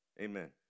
Amen